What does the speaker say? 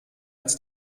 als